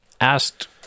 asked